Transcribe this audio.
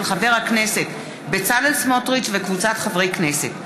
של חבר הכנסת בצלאל סמוטריץ וקבוצת חברי הכנסת.